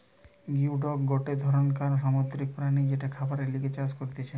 geoduck গটে ধরণকার সামুদ্রিক প্রাণী যেটা খাবারের লিগে চাষ করতিছে